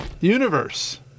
Universe